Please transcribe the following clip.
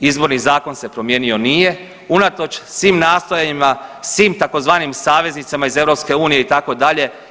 Izborni zakon se promijeni nije unatoč svim nastojanjima, svim tzv. saveznicama iz EU itd.,